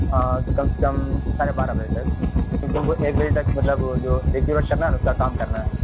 ہاں تو کم سے کم ساڑھے بارہ بجے تک کیوںکہ وہ ایک بجے تک مطلب جو ڈکیور کرنا ہے کام کرنا ہے